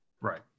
Right